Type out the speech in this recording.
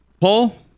paul